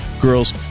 girls